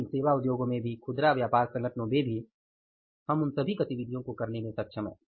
लेकिन सेवा उद्योगों में भी खुदरा व्यापार संगठनों में भी हम उन सभी गतिविधियों को करने में सक्षम हैं